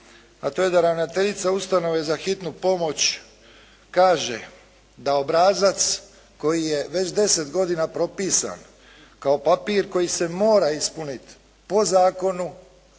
a to je da ravnateljica Ustanove za hitnu pomoć kaže da obrazac koji je već deset godina propisan kao papir koji se mora ispuniti po zakonu